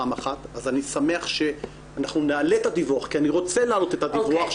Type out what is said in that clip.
אנחנו נעלה את הדיווח כי אני רוצה להעלות את הדיווח.